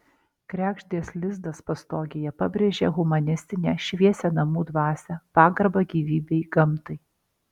kregždės lizdas pastogėje pabrėžia humanistinę šviesią namų dvasią pagarbą gyvybei gamtai